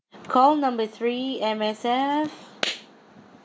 call number three M_S_F